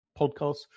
podcasts